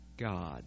God